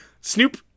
Snoop